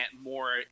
more